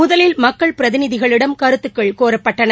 முதலில் மக்கள் பிரதிநிதிகளிடம் கருத்துக்கள் கோரப்பட்டன